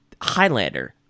Highlander